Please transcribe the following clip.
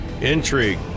intrigue